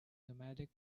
nomadic